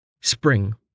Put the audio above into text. Spring